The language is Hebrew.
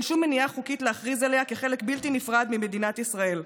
שום מניעה חוקית להכריז עליה כחלק בלתי נפרד ממדינת ישראל.